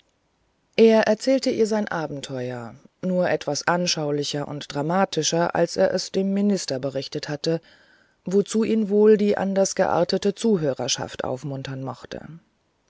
er erzählte ihr sein abenteuer nur etwas anschaulicher und dramatischer als er es dem minister berichtet hatte wozu ihn wohl die anders geartete zuhörerschaft aufmuntern mochte